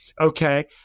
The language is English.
Okay